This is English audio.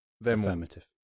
Affirmative